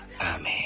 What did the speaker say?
Amen